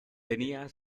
tenía